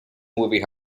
movie